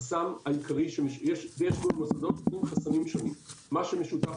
יש במוסדות שונים חסמים שונים ומה שמשותף